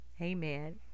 amen